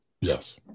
Yes